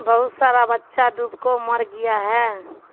بہت سارا بچہ ڈوب کو مر گیا ہے